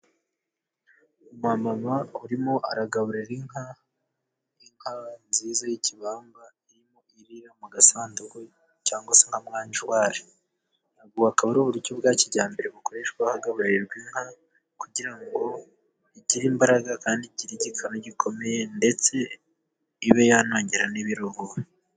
Umu mama urimo aragaburira inka, inka nziza y'ikibamba irimo irira mu gasanduku cyangwa se amwanjari, ubu akaba ari uburyo bwa kijyambere bukoreshwa hagaburirwa inka, kugira ngo igire imbaraga, kandi igire igikamo gikomeye ndetse ibe yantangira n'ibirogo.